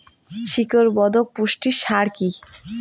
শিকড় বর্ধক পুষ্টি সার কি?